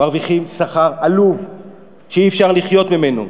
מרוויחים שכר עלוב שאי-אפשר לחיות ממנו.